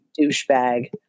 Douchebag